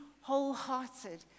wholehearted